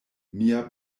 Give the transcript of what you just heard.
mia